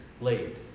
laid